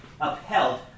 upheld